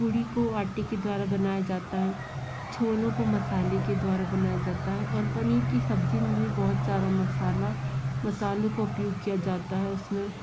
पूरी को आटे के द्वारा बनाया जाता है छोलों को मसाले के द्वारा बनाया जाता है और पनीर की सब्ज़ी में बहुत सारा मसाला मसालों का उपयोग किया जाता है उस में